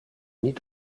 niet